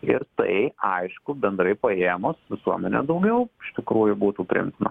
ir tai aišku bendrai paėmus visuomenei daugiau iš tikrųjų būtų priimtina